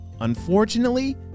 Unfortunately